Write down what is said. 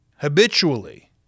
habitually